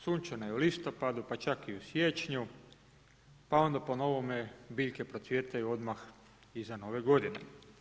Sunčano je i u listopadu, pa čak i u siječnju, pa onda po novome biljke procvjetaju odmah iza nove godine.